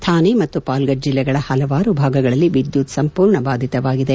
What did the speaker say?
ಥಾನೆ ಮತ್ತು ಪಾಲ್ ಗಢ್ ಜಿಲ್ಲೆಗಳ ಪಲವಾರು ಭಾಗಗಳಲ್ಲಿ ವಿದ್ಯುತ್ ಸಂಪರ್ಕ ಬಾಧಿತವಾಗಿದೆ